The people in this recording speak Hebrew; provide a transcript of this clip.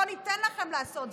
לא ניתן לכם לעשות זאת,